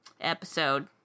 episode